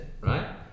right